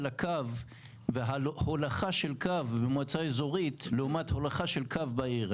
הקו וההולכה של קו במועצה אזורית לעומת הולכה של קו בעיר.